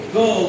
go